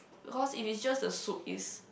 cause if it's just the soup is